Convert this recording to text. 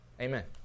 Amen